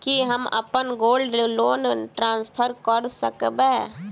की हम अप्पन gold loan transfer करऽ सकबै?